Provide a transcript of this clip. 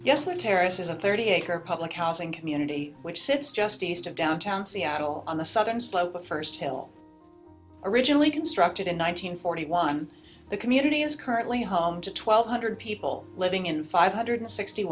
they're terrorists is a thirty acre public housing community which sits just east of downtown seattle on the southern slope of first hill originally constructed in one nine hundred forty one the community is currently home to twelve hundred people living in five hundred sixty